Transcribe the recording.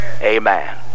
Amen